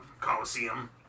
Coliseum